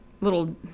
little